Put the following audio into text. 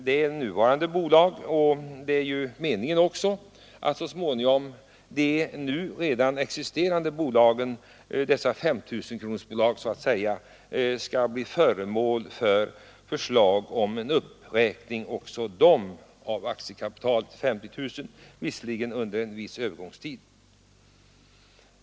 Meningen är ju att så småningom även de nu existerande ”5 000-kronorsbolagen” skall bli föremål för förslag om en uppräkning av aktiekapitalet till 50 000 kronor — visserligen under en övergångstid.